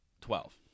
twelve